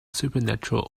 supernatural